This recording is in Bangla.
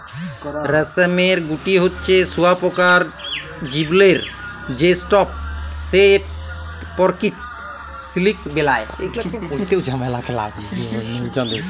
রেশমের গুটি হছে শুঁয়াপকার জীবলের সে স্তুপ যেট পরকিত সিলিক বেলায়